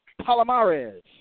Palomares